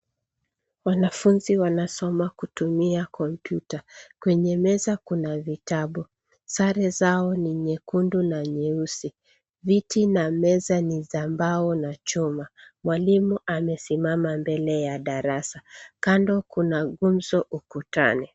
Wanafuzi wanasoma kutumia kompyuta. Kwenye meza kuna vitabu. Sare zao ni nyekundu na nyeusi. Viti na meza ni za mbao na chuma. Mwalimu amesimama mbele ya darasa. Kando kuna nguzo ukutani.